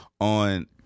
on